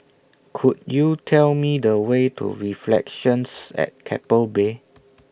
Could YOU Tell Me The Way to Reflections At Keppel Bay